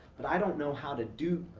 but i don't know how to do,